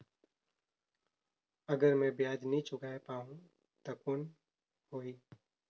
अगर मै ब्याज नी चुकाय पाहुं ता कौन हो ही?